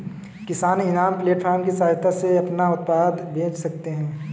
किसान इनाम प्लेटफार्म की सहायता से अपना उत्पाद बेच सकते है